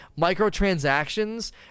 microtransactions